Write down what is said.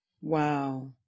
wow